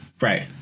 right